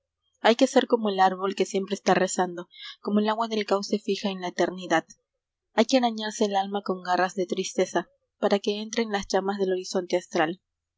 hay que ser como el árbol que siempre está rezando como el agua del cauce fija en la eternidad hay que arañarse el alma con garras de tristeza para que entren las llamas del horizonte astral